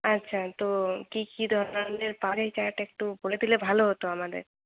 আচ্ছা তো কি কি ধরনের চাট একটু বলে দিলে ভালো হত আমাদের